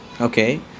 Okay